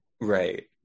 right